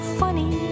funny